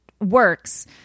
works